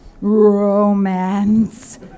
romance